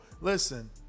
listen